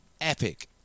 epic